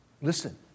Listen